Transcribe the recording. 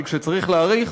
אבל כשצריך להעריך,